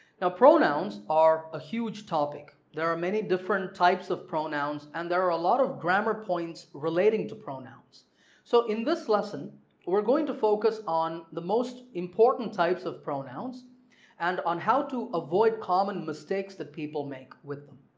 now pronouns are a huge topic, there are many different types of pronouns and there are a lot of grammar points relating to pronouns so in this lesson we're going to focus on the most important types of pronouns and on how to avoid common mistakes that people make with them.